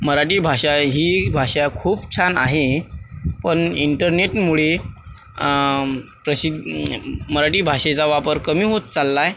मराठी भाषा ही भाषा खूप छान आहे पण इंटरनेटमुळे प्रशी मराठी भाषेचा वापर कमी होत चालला आहे